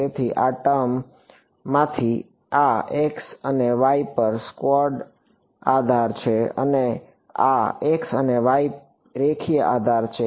તેથી આ 3 ટર્મ માંથી આ x અને y પર સ્ક્વેર્ડ આધાર છે અને આ x અને y પર રેખીય આધાર છે